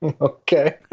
Okay